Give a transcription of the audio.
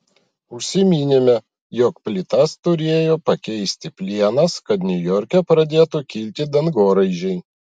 užsiminėme jog plytas turėjo pakeisti plienas kad niujorke pradėtų kilti dangoraižiai